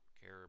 care